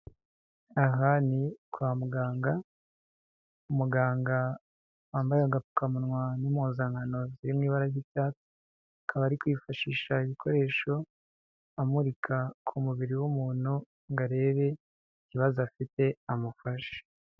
Aha ni kwa muganga, umuganga wambaye agapfukamunwa n'impuzankano ziri mu ibara ry'icyatsi, akaba ari kwifashisha ibikoresho, amurika ku mubiri w'umuntu ngo arebe ikibazo afite amufashe.